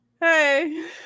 hey